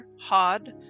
Hod